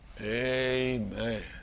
Amen